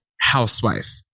housewife